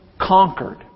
conquered